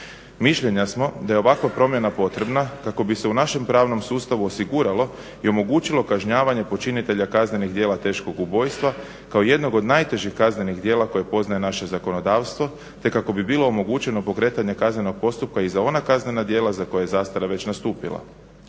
Mišljenja smo da je ovakva promjena potrebna kako bi se u našem pravnom sustavu osiguralo i omogućilo kažnjavanje počinitelja kaznenih djela teškog ubojstva kao jednog od najtežih kaznenih djela koje poznaje naše zakonodavstvo, te kako bi bilo omogućeno pokretanje kaznenog postupka i za ona kaznena djela za koja je zastara već nastupila.